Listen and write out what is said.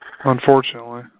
Unfortunately